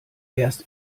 erst